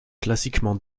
classiquement